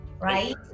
right